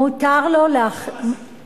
מותר לו להחליף לפי החוק שלושה מעסיקים.